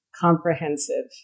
comprehensive